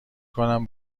کنم